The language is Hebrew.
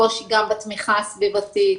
הקושי גם בתמיכה הסביבתית,